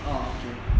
orh okay